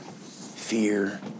fear